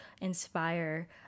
inspire